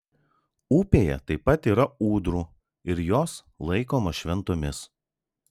upėje taip pat yra ūdrų ir jos laikomos šventomis